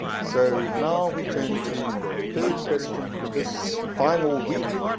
so now we turn to the third question for this final week,